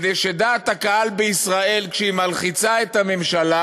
כדי שדעת הקהל בישראל, כשהיא מלחיצה את הממשלה,